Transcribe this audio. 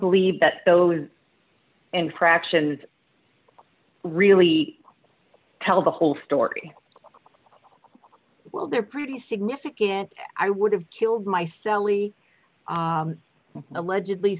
believe that those infractions really tell the whole story well they're pretty significant i would have killed my so we allegedly